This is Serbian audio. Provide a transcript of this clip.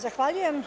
Zahvaljujem.